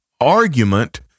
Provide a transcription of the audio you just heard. argument